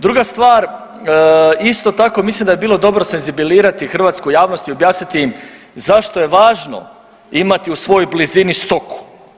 Druga stvar isto tako mislim da bi bilo dobro senzibilizirati hrvatsku javnost i objasniti im zašto je važno imati u svojoj blizini stoku.